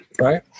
Right